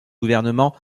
gouvernement